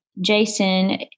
Jason